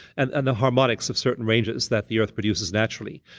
and and the harmonics of certain ranges that the earth produces naturally.